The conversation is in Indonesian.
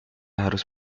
harus